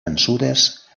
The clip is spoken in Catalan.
vençudes